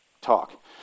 talk